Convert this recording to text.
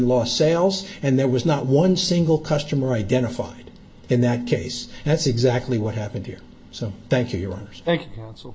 lost sales and there was not one single customer identified in that case that's exactly what happened here so thank you